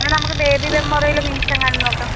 എന്നാൽ നമുക്ക് Baby Memorial MIMS എങ്ങാനും നോക്കാം